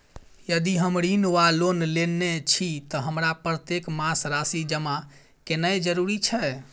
यदि हम ऋण वा लोन लेने छी तऽ हमरा प्रत्येक मास राशि जमा केनैय जरूरी छै?